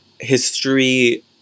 history